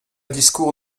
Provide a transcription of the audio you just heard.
discours